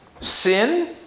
sin